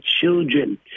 children